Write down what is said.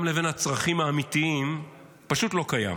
לבין הצרכים האמיתיים פשוט לא קיים.